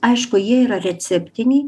aišku jie yra receptiniai